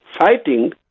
fighting